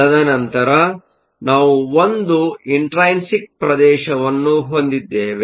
ತದನಂತರ ನಾವು ಒಂದು ಇಂಟ್ರೈನ್ಸಿಕ್ ಪ್ರದೇಶವನ್ನು ಹೊಂದಿದ್ದೇವೆ